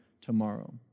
tomorrow